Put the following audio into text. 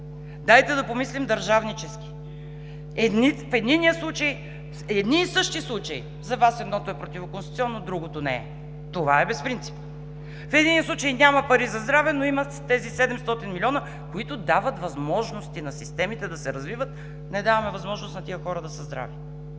дайте да помислим държавнически! В едни и същи случаи за Вас едното е противоконституционно, другото не е. Това е безпринципно! В единия случай няма пари за здраве, но има тези 700 млн. лв., които дават възможности на системите да се развиват, а не даваме възможност на тези хора да са здрави!